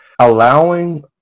allowing